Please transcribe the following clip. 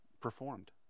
performed